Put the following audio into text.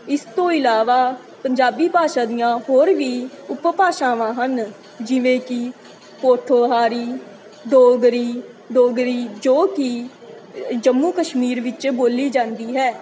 ਇਸ ਤੋਂ ਇਲਾਵਾ ਪੰਜਾਬੀ ਭਾਸ਼ਾ ਦੀਆਂ ਹੋਰ ਵੀ ਉਪਭਾਸ਼ਾਵਾਂ ਹਨ ਜਿਵੇਂ ਕਿ ਪੋਠੋਹਾਰੀ ਡੋਗਰੀ ਡੋਗਰੀ ਜੋ ਕਿ ਜੰਮੂ ਕਸ਼ਮੀਰ ਵਿੱਚ ਬੋਲੀ ਜਾਂਦੀ ਹੈ